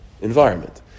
environment